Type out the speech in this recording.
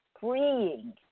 freeing